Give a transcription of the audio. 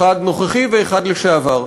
אחד נוכחי ואחד לשעבר,